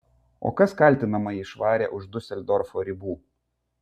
o kas kaltinamąjį išvarė už diuseldorfo ribų